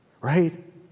right